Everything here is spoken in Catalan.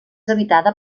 habitada